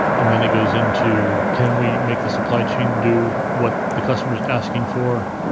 and then it goes into can we make the supply chain do what the customer is asking for?